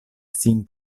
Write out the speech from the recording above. sin